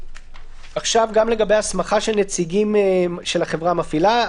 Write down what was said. עכשיו גם לגבי הסמכה של נציגים של החברה המפעילה,